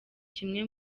kimwe